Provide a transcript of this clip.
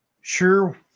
sure